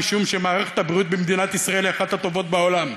משום שמערכת הבריאות במדינת ישראל היא אחת הטובות בעולם,